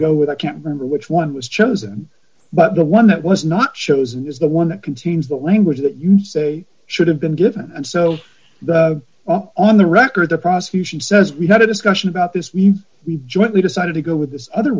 to go with i can't remember which one was chosen but the one that was not chosen is the one that contains the language that should have been given and so the on the record the prosecution says we had a discussion about this we we jointly decided to go with this other